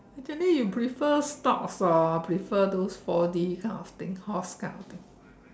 actually you prefer stocks or prefer those four D kind thing horse kind of thing